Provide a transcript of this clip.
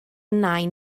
nain